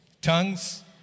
Tongues